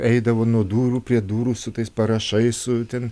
eidavo nuo durų prie durų su tais parašais ten